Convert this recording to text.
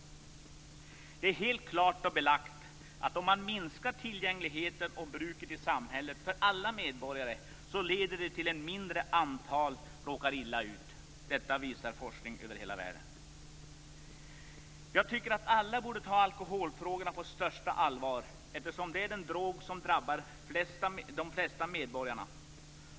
Det är helt klart och belagt att om man minskar tillgängligheten och bruket i samhället för alla medborgare leder det till att ett mindre antal råkar illa ut. Detta visar forskning över hela världen. Jag tycker att alla borde ta alkoholfrågorna på största allvar eftersom det är den drog som drabbar de flesta medborgarna.